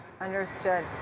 Understood